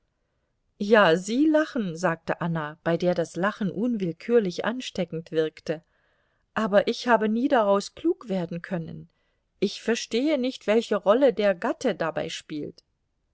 ja sie lachen sagte anna bei der das lachen unwillkürlich ansteckend wirkte aber ich habe nie daraus klug werden können ich verstehe nicht welche rolle der gatte dabei spielt